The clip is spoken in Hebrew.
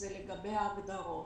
היא לגבי ההגדרות.